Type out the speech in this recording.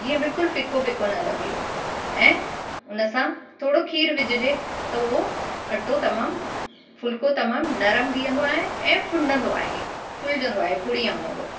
जीअं बिल्कुलु फिको फिको न लॻे ऐं उन सां थोरो खीर विझिजे त उहो अटो तमामु फुलिको तमामु नरम बीहंदो ऐं फुनंडो आहे फुलिजंदो आहे पुड़ीअ वांगुरु